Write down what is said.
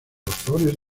razones